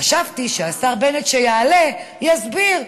חשבתי שהשר בנט, כשיעלה, יסביר.